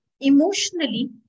emotionally